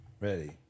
Ready